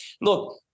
no